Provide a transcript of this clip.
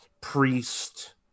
priest